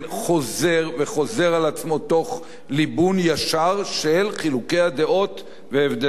תוך ליבון ישר של חילוקי הדעות והבדלי עמדות שישנם.